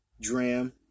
dram